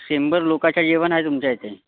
शंभर लोकांचं जेवण आहे तुमच्या इथे